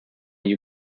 you